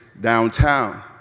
downtown